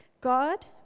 God